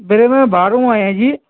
ਵੀਰੇ ਮੈਂ ਬਾਹਰੋਂ ਆਇਆ ਜੀ